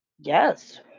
yes